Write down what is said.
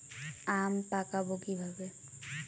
আম পাকাবো কিভাবে?